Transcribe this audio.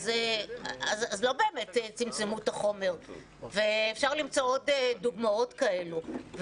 אז לא באמת צמצמו את החומר ואפשר למצוא עוד דוגמאות כאלה.